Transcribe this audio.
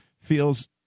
feels